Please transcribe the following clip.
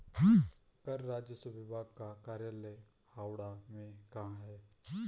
कर राजस्व विभाग का कार्यालय हावड़ा में कहाँ है?